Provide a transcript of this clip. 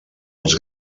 els